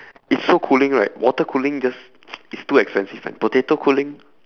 it's so cooling right water cooling just is too expensive and potato cooling